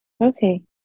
okay